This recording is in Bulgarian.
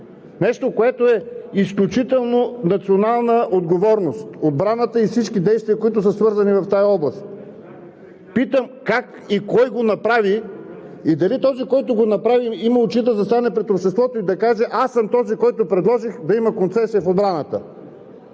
нещо, което е изключително национална отговорност – отбраната и всички действия, които са свързани в тази област. Питам: как и кой го направи и дали този, който го направи, има очи да застане пред обществото и да каже: аз съм този, който предложих да има концесия в отбраната?